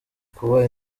kuba